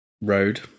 Road